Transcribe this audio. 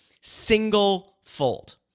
single-fold